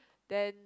then